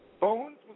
Bones